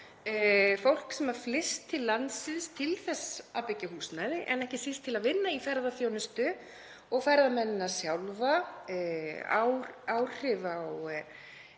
fólk sem flyst til landsins til þess að byggja húsnæði, en ekki síst til að vinna í ferðaþjónustu og ferðamennina sjálfa, án áhrifa á